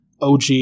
OG